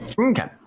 Okay